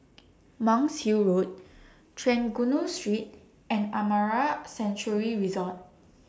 Monk's Hill Road Trengganu Street and Amara Sanctuary Resort